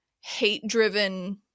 hate-driven